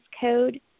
code